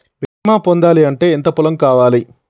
బీమా పొందాలి అంటే ఎంత పొలం కావాలి?